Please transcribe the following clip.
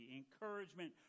encouragement